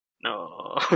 No